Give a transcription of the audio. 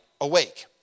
awake